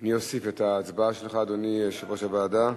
אני אוסיף את ההצבעה שלך, אדוני יושב-ראש הוועדה.